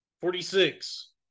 Forty-six